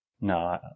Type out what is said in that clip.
No